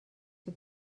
que